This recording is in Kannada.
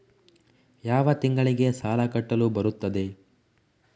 ಯಾವ ತಿಂಗಳಿಗೆ ಸಾಲ ಕಟ್ಟಲು ಬರುತ್ತದೆ?